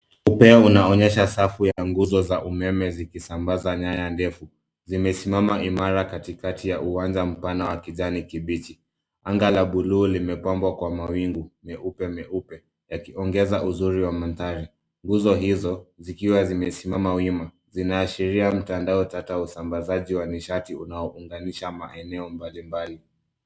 Upeo unaonyesha safu ya nguzo za umeme zikisabaza nyaya ndefu zimesimama imara katikati ya uwanja mpana wa kijani kibichi. Anga la buluu limepambwa kwa mawingu meupe meupe yakiogeza uzuri wa madhari. Nguzo izo zikiwa zimesimama wima zinaashiria mtandao tata wa usabazaji wa nishati unaouganisha maeneo mbalimbali.